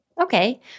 Okay